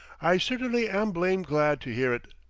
i certainly am blame' glad to hear it.